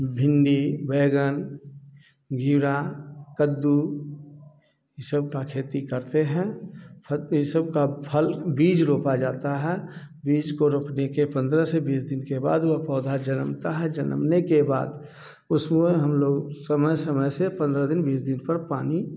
भिंडी बैंगन घीया कद्दू ये सब का खेती करते हैं ये सब का फल बीज रोपा जाता है बीच को रोपने के पंद्रह से बीस दिन के बाद वो पौधा जनमता है जनमने के बाद उसमें हम लोग समय समय से पंद्रह दिन बीस दिन पर पानी